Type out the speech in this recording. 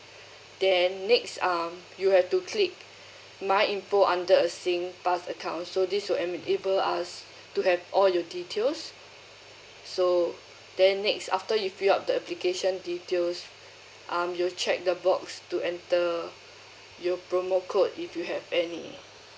then next um you have to click my info under a Singpass account so this is to enable us to have all your details so then next after you fill up the application details um you check the box to enter your promo code if you have any